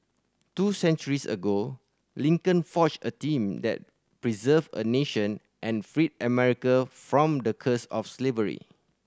two centuries ago Lincoln forged a team that preserved a nation and freed America from the curse of slavery